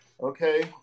Okay